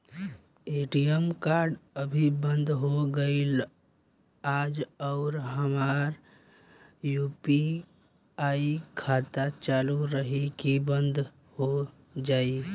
ATM card अभी बंद हो गईल आज और हमार यू.पी.आई खाता चालू रही की बन्द हो जाई?